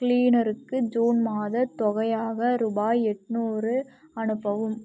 க்ளீனருக்கு June மாதத் தொகையாக ரூபாய் எட்நூறு அனுப்பவும்